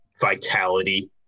vitality